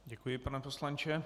Děkuji, pane poslanče.